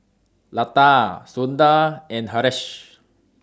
Lata Sundar and Haresh